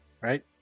right